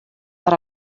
per